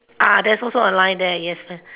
uh there's also a line there yes one